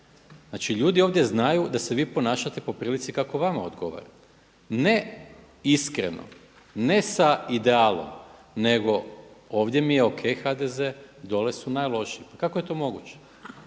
Znači ljudi ovdje znaju da se vi ponašate po prilici kako vama odgovara, ne iskreno, ne sa idealom nego ovdje mi je o.k. HDZ, dolje su najlošiji. Kako je to moguće?